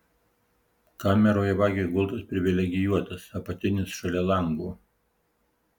kameroje vagiui gultas privilegijuotas apatinis šalia lango